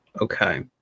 Okay